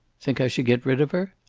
think i should get rid of her?